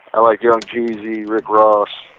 i like young jeezy, rick ross,